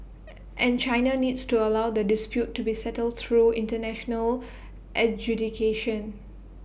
and China needs to allow the dispute to be settled through International adjudication